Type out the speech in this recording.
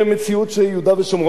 אבל מה יקרה לעיר תל-אביב?